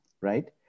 right